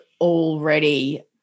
already